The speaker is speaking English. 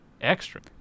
extra